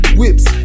whips